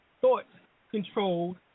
thought-controlled